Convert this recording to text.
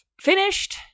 finished